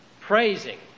praising